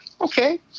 okay